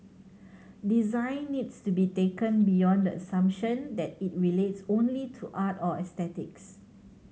design needs to be taken beyond the assumption that it relates only to art or aesthetics